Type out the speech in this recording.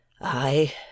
I—